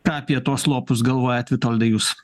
ką apie tuos slopus galvojat vitoldai jūs